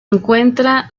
encuentra